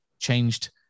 changed